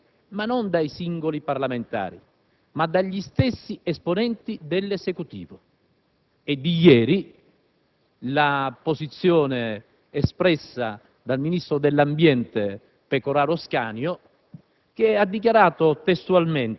delle posizioni espresse non dai singoli parlamentari, ma dagli stessi esponenti dell'Esecutivo. E' di ieri la posizione espressa dal ministro dell'ambiente Pecoraro Scanio,